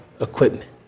equipment